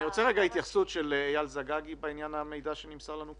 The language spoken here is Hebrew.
אני רוצה לקבל התייחסות מאייל זגגי בעניין המידע שנמסר לנו כאן.